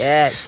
Yes